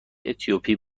اتیوپی